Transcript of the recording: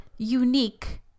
unique